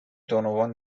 donovan